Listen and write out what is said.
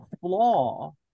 flaw